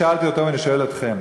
אני שאלתי אותו ואני שואל אתכם: